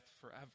forever